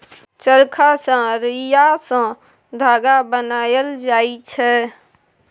चरखा सँ रुइया सँ धागा बनाएल जाइ छै